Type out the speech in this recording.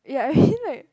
yeah I mean like